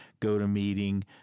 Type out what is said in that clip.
GoToMeeting